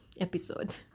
episode